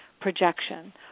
projection